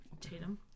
Tatum